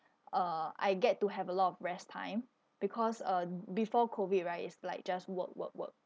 uh I get to have a lot of rest time because uh b~ before COVID right is like just work work work